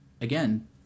again